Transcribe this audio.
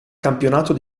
campionato